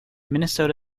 minnesota